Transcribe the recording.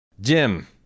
Jim